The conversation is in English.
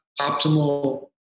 optimal